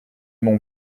mon